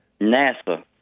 NASA